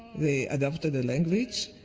they adopted the language,